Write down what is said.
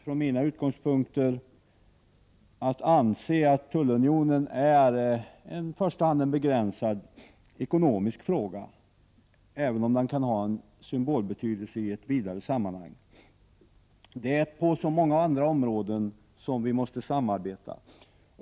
Från mina utgångspunkter är det rätt att anse att tullunionen är en i första hand begränsad ekonomisk fråga, även om den kan ha en symbolbetydelse i ett vidare sammanhang. Det är på så många andra områden som vi måste samarbeta.